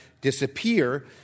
disappear